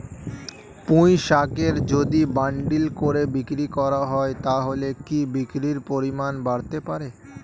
পুঁইশাকের যদি বান্ডিল করে বিক্রি করা হয় তাহলে কি বিক্রির পরিমাণ বাড়তে পারে?